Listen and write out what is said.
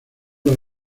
los